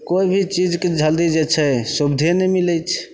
कोइ भी चीजके जल्दी जे छै सुबिधे नहि मिलैत छै